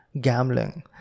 gambling